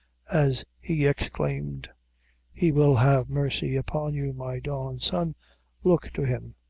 as he exclaimed he will have mercy upon you, my darlin' son look to him.